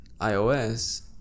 iOS